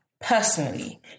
Personally